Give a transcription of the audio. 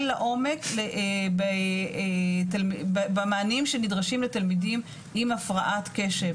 לעומק במענים שנדרשים לתלמידים עם הפרעת קשב.